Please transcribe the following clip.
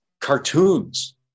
cartoons